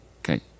Okay